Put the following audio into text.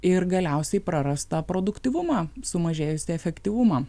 ir galiausiai prarastą produktyvumą sumažėjusį efektyvumą